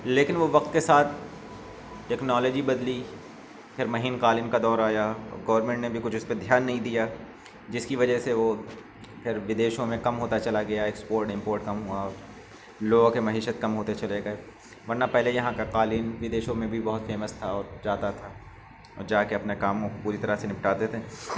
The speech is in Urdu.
لیکن وہ وقت کے ساتھ ٹیکنالوجی بدلی پھر مہین قالین کا دور آیا گورنمنٹ نے بھی کچھ اس پہ کچھ دھیان نہیں دیا جس کی وجہ سے وہ پھر بدیشوں میں کم ہوتا چلا گیا ایکسپورٹ امپورٹ کم ہوا لوگوں کے معیشت کم ہوتے چلے گئے ورنہ پہلے یہاں کا قالین بدیشوں میں بھی بہت فیمس تھا اور جاتا تھا اور جا کے اپنے کام کو پوری طرح سے نپٹاتے تھے